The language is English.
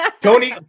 Tony